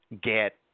get